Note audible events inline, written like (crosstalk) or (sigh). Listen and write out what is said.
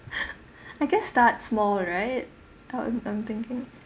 (laughs) (breath) I guess starts small right I'm I'm thinking